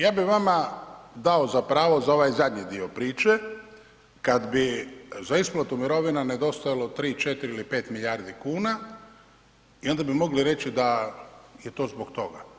Ja bi vama dao za pravo za ovaj zadnji dio priče kad bi za isplatu mirovina nedostajalo 3, 4 ili 5 milijardi kuna i ona bi mogli reći da je to zbog toga.